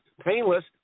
painless